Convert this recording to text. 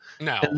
No